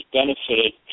benefited